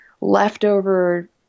leftover